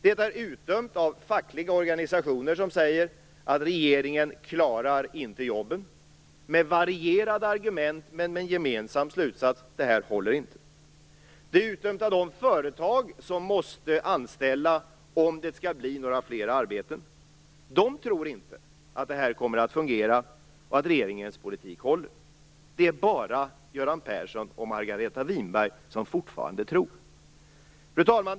Det är utdömt av fackliga organisationer som säger att regeringen inte klarar jobben. Med varierande argument kommer man till en gemensam slutsats: Det här håller inte. Det är utdömt av de företag som måste anställa om det skall bli några fler arbeten. De tror inte att det kommer att fungera och att regeringens politik håller. Det är bara Göran Persson och Margareta Winberg som fortfarande tror det. Fru talman!